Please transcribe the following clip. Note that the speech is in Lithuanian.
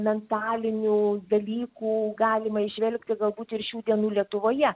mentalinių dalykų galima įžvelgti galbūt ir šių dienų lietuvoje